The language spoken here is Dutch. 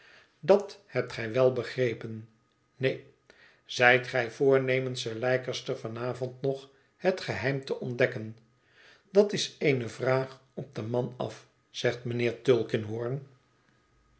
dat hebt gij wel begrepen neen zijt gij voornemens sir leicester van avond nog het geheim te ontdekken dat is eene vraag op den man af zegt mijnheer